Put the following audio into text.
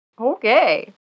Okay